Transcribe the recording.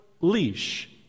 leash